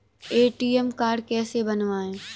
ATM card कैसे बनवाएँ?